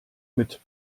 mit